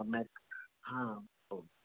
सम्यक् हा ओ